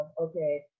okay